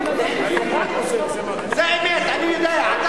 זאת האמת, אני יודע.